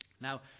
Now